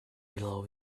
below